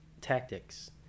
tactics